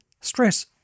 Stress